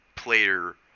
player